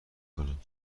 کنم